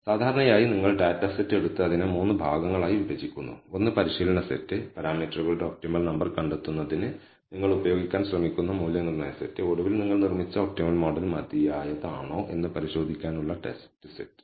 സാധാരണയായി നിങ്ങൾ data set എടുത്ത് അതിനെ മൂന്ന് ഭാഗങ്ങളായി വിഭജിക്കുന്നു ഒന്ന് പരിശീലന സെറ്റ് പാരാമീറ്ററുകളുടെ ഒപ്റ്റിമൽ നമ്പർ കണ്ടെത്തുന്നതിന് നിങ്ങൾ ഉപയോഗിക്കാൻ ശ്രമിക്കുന്ന മൂല്യനിർണ്ണയ സെറ്റ് ഒടുവിൽ നിങ്ങൾ നിർമ്മിച്ച ഒപ്റ്റിമൽ മോഡൽ മതിയായത് ആണോ എന്ന് പരിശോധിക്കാനുള്ള ടെസ്റ്റ് സെറ്റ്